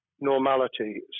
normality